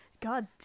God